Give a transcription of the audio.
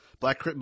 Black